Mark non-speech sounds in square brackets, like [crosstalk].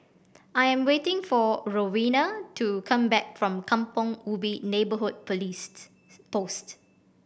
I am waiting for Rowena to come back from Kampong Ubi Neighbourhood [unintelligible] Post